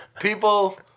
people